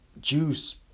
juice